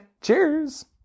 cheers